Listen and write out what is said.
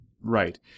Right